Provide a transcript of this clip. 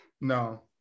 No